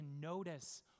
notice